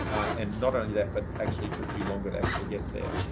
and not only that, but actually took you longer to actually get there.